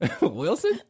Wilson